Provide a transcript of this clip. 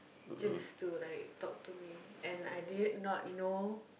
just to like talk to me and I did not know